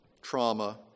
trauma